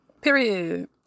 Period